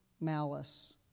malice